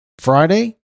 Friday